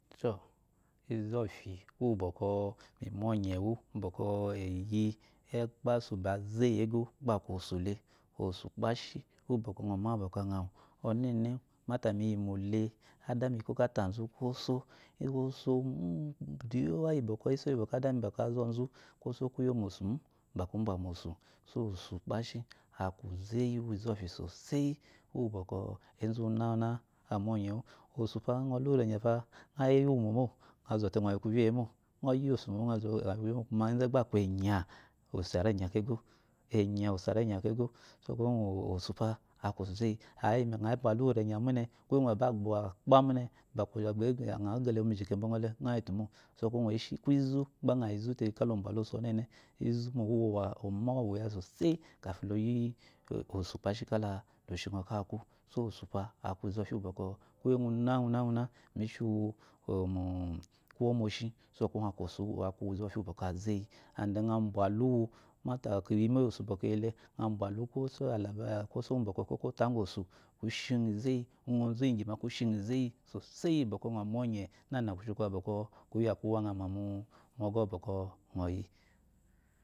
Tɔ ɔfi uwu bɔkɔ mi myɔyewu bɔkɔ eyi ekpasu bazeyi ego gba aku osu le, osu ukpashi uwu bɔkɔ əamawu bɔkɔ ajawu ɔnɛne. mata bɔmi yimole adami ekoko atazu kwoso eso doyowa iyi bɔkɔ adami gba azazu kwoso kuyo mo samu gba ku bya mosu so osu kpashi aku uzeyi uwu izɔfi siseyi uwu bɔkɔ ozu uwunawuna amyɔnyɔwu osu pa əa lumu renya pa əayiwumo mo əzte əayi kuue mo əɔyi osu. mo mo made gba aku enyá osu ari enya kego enya osu eri enya kego sokuwogu osu pa aku uzeyi, ayipa əabyaluwu ranya mune aba gba kpa mune gba aɔ əɔ əa gelewu muji kebo əɔle əayitumo. sɔkuwo eshi kwo izu əɔyi isute kal lobyalu osu ɔnene izu ma oma unwuya soseyi leafi loyi osu ukpashi kala loshi aɔ kaku so osu pa aku izɔfi bɔkɔ kuye ngunafiuna mi shiwu amu kuwo moshi sokuwo ngukɔ aku izɔfi uwuboko azɛyi and them əɔ byaluwu mata iyimo iyi ogu bɔkɔ oka ota ugu osu kushi aɔ iɛeyi uəɔ ozu inyi gui ma ku shiəɔ izeyi soseyi iyibɔkɔ əɔ mu ɔnye nana kushi kuwa bɔkɔ ba kuwa əama mu mɔgɔwu bɔkɔ əɔyi,